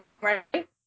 right